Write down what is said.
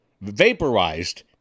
vaporized